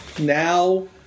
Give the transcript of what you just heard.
now